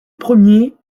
premiers